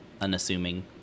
unassuming